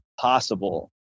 possible